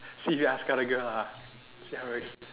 see if you ask out a girl ah see how it works